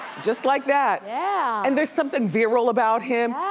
just like that. yeah and there's something virile about him,